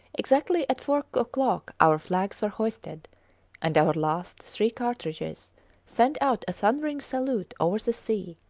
exactly at four o'clock our flags were hoisted and our last three cartridges sent out a thundering salute over the sea.